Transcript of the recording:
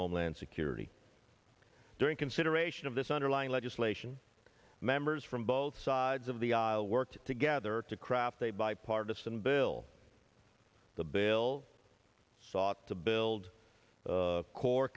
homeland security during consideration of this underlying legislation members from both sides of the aisle worked together to craft a bipartisan bill the bill sought to build the core